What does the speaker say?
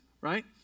right